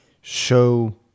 show